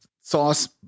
sauce